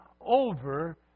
over